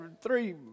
three